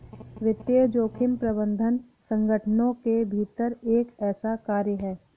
वित्तीय जोखिम प्रबंधन संगठनों के भीतर एक ऐसा कार्य है